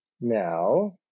Now